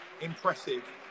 impressive